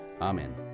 Amen